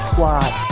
Squad